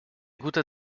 guter